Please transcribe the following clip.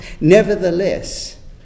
Nevertheless